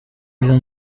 iyo